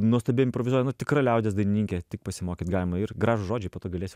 nuostabiai improvizuoja nu tikra liaudies dainininkė tik pasimokyt galima ir gražūs žodžiai po to galėsi